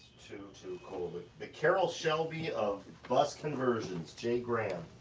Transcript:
too too cool. the the carol shelby of bus conversions, j graham,